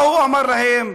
מה הוא אמר להם?